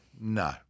No